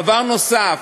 דבר נוסף,